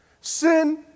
Sin